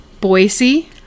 Boise